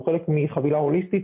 הוא חלק מחבילה הוליסטית,